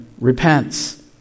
repents